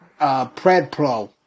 PredPro